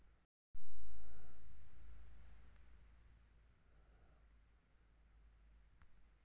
सीमा शुल्क अंतर्राष्ट्रीय सीमा के पार माल के परिवहन पर लगाल जा हइ